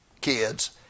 kids